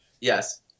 yes